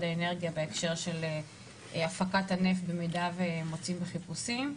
האנרגיה בהקשר של הפקת הנפט במידה ומוצאים בחיפושים.